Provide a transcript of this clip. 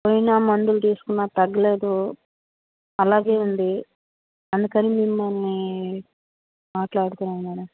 పోయినా మందులు తీసుకున్నా తగ్గలేదు అలాగే ఉంది అందుకని మిమ్మల్ని మాట్లాడుతున్నాను మేడం